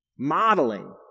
Modeling